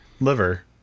liver